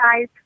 guys